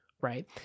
right